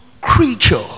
creature